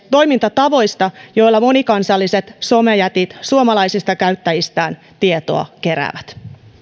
toimintatavoista joilla monikansalliset somejätit suomalaisista käyttäjistään tietoa keräävät